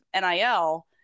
NIL